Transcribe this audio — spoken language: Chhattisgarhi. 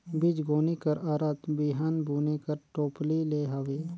बीजगोनी कर अरथ बीहन बुने कर टोपली ले हवे